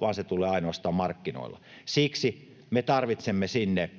vaan se tulee ainoastaan markkinoilla. Siksi me tarvitsemme sinne